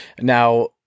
now